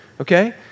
okay